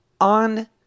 on